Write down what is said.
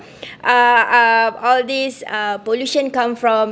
uh uh all this uh pollution come from